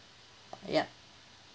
yup